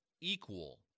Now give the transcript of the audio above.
equal